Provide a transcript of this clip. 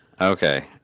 Okay